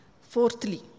fourthly